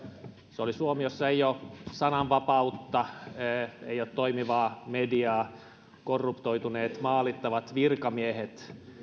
se oli suomi jossa ei ole sananvapautta ei ole toimivaa mediaa on korruptoituneet maalittavat virkamiehet